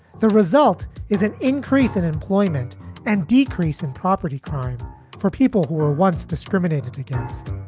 the result is an increase in employment and decrease in property crime for people who were once discriminated against.